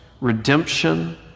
redemption